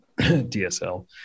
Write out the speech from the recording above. DSL